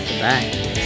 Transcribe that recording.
Bye